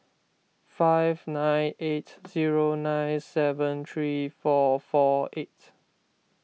five nine eight zero nine seven three four four eight